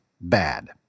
bad